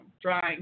drying